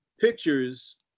pictures